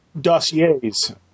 Dossier's